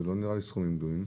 זה נראה לי לא סכומים גדולים.